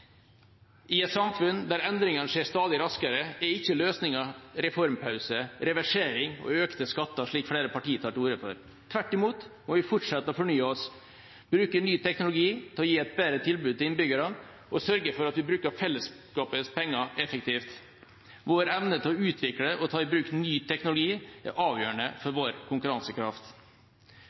I et samfunn der endringene skjer stadig raskere, er ikke løsningen reformpause, reversering og økte skatter, slik flere partier tar til orde for. Tvert imot må vi fortsette å fornye oss, bruke ny teknologi til å gi et bedre tilbud til innbyggerne og sørge for at vi bruker fellesskapets penger effektivt. Vår evne til å utvikle og ta i bruk ny teknologi er avgjørende for vår konkurransekraft.